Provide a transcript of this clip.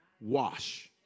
wash